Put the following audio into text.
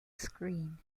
screen